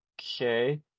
okay